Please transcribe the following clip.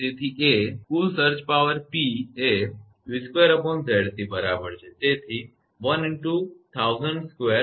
તેથી કુલ surge power P એ 𝑉2𝑍𝑐 બરાબર છે